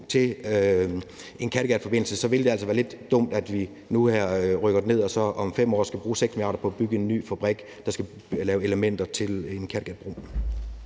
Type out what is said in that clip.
til en Kattegatforbindelse, ville det altså være lidt dumt, at vi nu her river den ned og så om 5 år skal bruge 6 mia. kr. på at bygge en ny fabrik, der skal lave elementer til en Kattegatbro.